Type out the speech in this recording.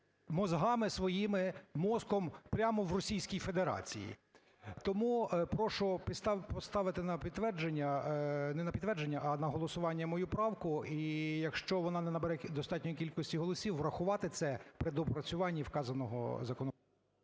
мозгами своїми, мозком прямо в Російській Федерації. Тому прошу поставити на підтвердження, не на підтвердження, а на голосування мою правку, і якщо вона не набере достатньої кількості голосів, врахувати це при доопрацюванні вказаного...